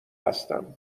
هستم